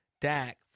Dak